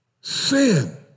sin